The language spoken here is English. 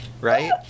right